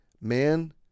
man